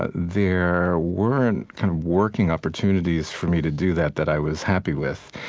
ah there weren't kind of working opportunities for me to do that that i was happy with.